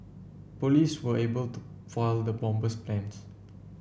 police were able to foil the bomber's plans